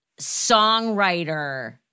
songwriter